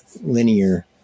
linear